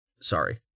sorry